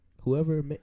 whoever